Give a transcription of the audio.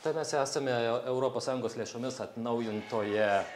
tai mes esame europos sąjungos lėšomis atnaujintoje